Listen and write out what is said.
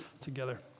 together